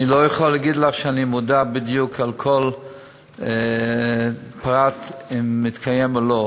אני לא יכול להגיד לך שאני מודע בדיוק לכל פרט אם הוא מתקיים או לא,